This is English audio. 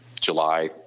july